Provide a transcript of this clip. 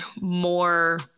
more